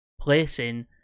Placing